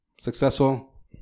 Successful